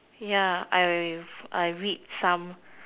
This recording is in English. ya I I wave I read some